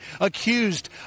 accused